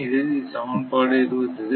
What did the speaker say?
இது சமன்பாடு 28